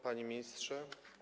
Panie Ministrze!